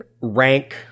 rank